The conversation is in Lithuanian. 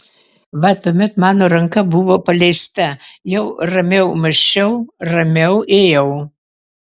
va tuomet mano ranka buvo paleista jau ramiau mąsčiau ramiau ėjau